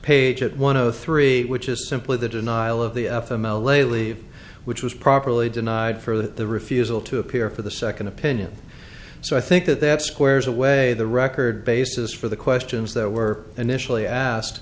page at one of the three which is simply the denial of the f m l lately which was properly denied for the refusal to appear for the second opinion so i think that that squares away the record basis for the questions that were initially asked